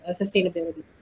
sustainability